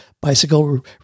bicycle